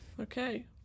Okay